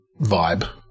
vibe